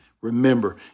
Remember